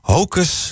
Hocus